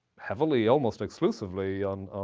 heavily almost exclusively on